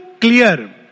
clear